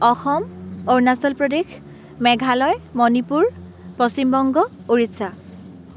Assam Arunachal Pradesh Meghalaya Manipur Paschimbanga Orissa